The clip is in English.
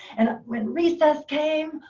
and when recess came,